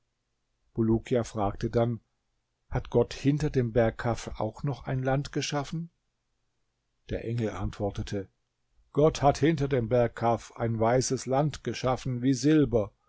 bulukia fragte dann hat gott hinter dem berg kaf auch noch ein land geschaffen der engel antwortete gott hat hinter dem berg kaf ein weißes land geschaffen wie silber